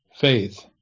faith